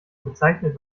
bezeichnet